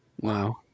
Wow